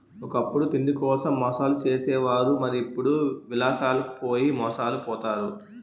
ఒకప్పుడు తిండికోసం మోసాలు చేసే వారు మరి ఇప్పుడు విలాసాలకు పోయి మోసాలు పోతారు